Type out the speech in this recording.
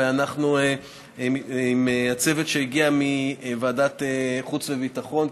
ואנחנו עם הצוות שהגיע מוועדת החוץ והביטחון,